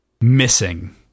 missing